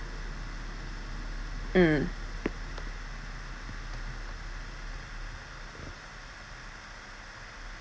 mm